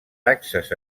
taxes